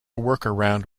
workaround